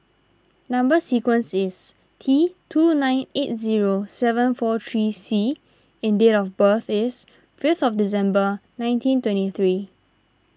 Number Sequence is T two nine eight zero seven four three C and date of birth is fifth December nineteen twenty three